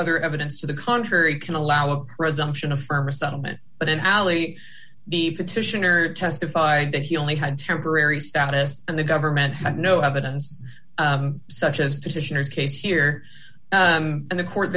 other evidence to the contrary can allow a resumption of firm a settlement but in alley the petitioner testified that he only had temporary status and the government had no evidence such as petitioners case here and the court